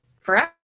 forever